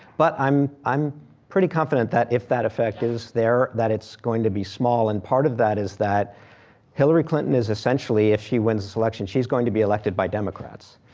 but i'm i'm pretty confident that if that effect is there, that it's going to be small and part of that is that hillary clinton is essentially, if she wins this election, she's going to be elected by democrats,